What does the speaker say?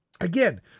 Again